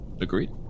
Agreed